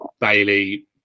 Bailey